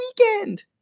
weekend